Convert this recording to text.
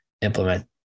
implement